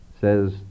says